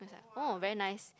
that's like oh very nice